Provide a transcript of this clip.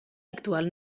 actual